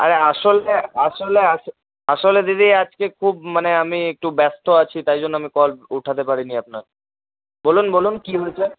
আরে আসলে আসলে আস আসলে দিদি আজকে খুব মানে আমি একটু ব্যস্ত আছি তাই জন্যে আমি কল ওঠাতে পারিনি আপনার বলুন বলুন কী হয়েছে